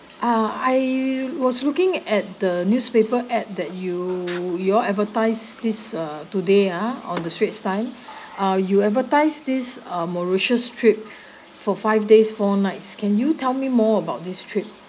ah I was looking at the newspaper ad that you you all advertise this uh today ah on the straits time ah you advertise this uh mauritius trip for five days four nights can you tell me more about this trip